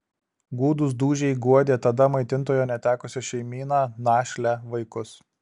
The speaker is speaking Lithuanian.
gūdūs dūžiai guodė tada maitintojo netekusią šeimyną našlę vaikus